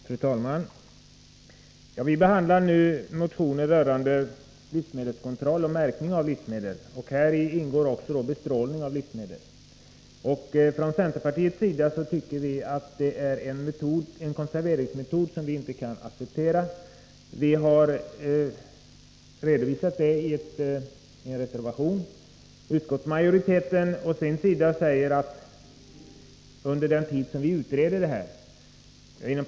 Fru talman! Vi behandlar nu motioner rörande livsmedelskontroll och märkning av livsmedel. Häri ingår också bestrålning av livsmedel. Det anser vi från centerpartiets sida vara en konserveringsmetod som inte kan accepteras, och det har vi redovisat i en reservation.